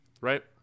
right